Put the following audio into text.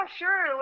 sure